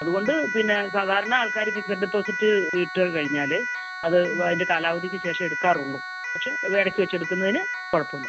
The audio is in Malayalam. അതുകൊണ്ട് പിന്നെ സാധാരണ ആൾക്കാർ ഫിക്സഡ് ഡെപ്പോസിറ്റ് ഇട്ട് കഴിഞ്ഞാൽ അത് അതിൻ്റെ കാലാവധിക്ക് ശേഷമേ എടുക്കാറുള്ളൂ പക്ഷെ ഇടയ്ക്ക് വച്ച് എടുക്കുന്നതിന് കുഴപ്പമില്ല